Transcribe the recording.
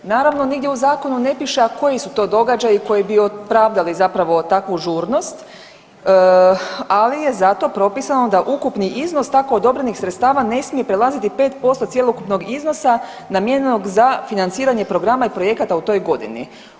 Naravno nigdje u zakonu ne piše, a koji su to događaji koji bi opravdali takvu žurnost, ali je zato propisano da ukupni iznos tako odobrenih sredstava ne smije prelaziti 5% cjelokupnog iznosa namijenjenog za financiranje programa i projekata u toj godini.